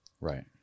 Right